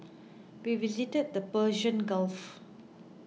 we visited the Persian Gulf